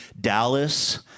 Dallas